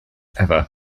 ever